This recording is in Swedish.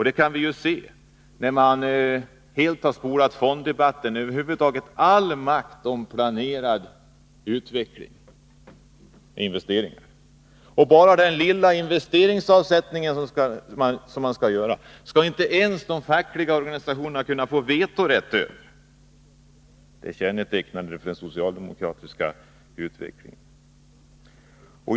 Det kan vi se i det faktum att de helt har ”spolat” fonddebatten, ja, över huvud taget allt tal om makten över planeringen av utvecklingen, investeringarna m.m. Inte ens när det gäller den lilla investeringsavsättning som företagen skall göra får de fackliga organisationerna någon vetorätt. Det är kännetecknande för den socialdemokratiska utvecklingen.